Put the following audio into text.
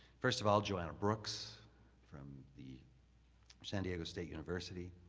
first of all, joanna brooks from the san diego state university.